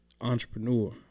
entrepreneur